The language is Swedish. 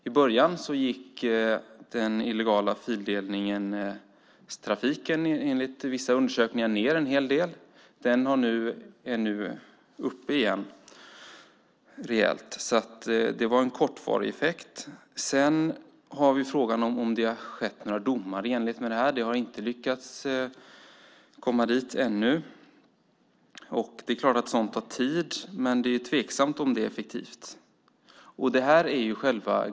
I början gick den illegala fildelningstrafiken enligt vissa undersökningar ned en hel del. Den har nu gått upp igen rejält. Det var en kortvarig effekt. Sedan har vi frågan om det har utdömts några domar i enlighet med lagen. Man har inte lyckats komma dit än. Sådant tar tid, men det är tveksamt om det är effektivt.